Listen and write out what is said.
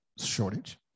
shortage